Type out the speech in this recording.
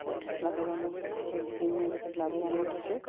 বহুত লাভৱানো গাখীৰ বিকি মই বহুত লাভৱানো হৈছোঁ